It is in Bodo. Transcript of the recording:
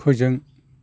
फोजों